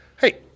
hey